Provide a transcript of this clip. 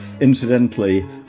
Incidentally